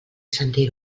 sentir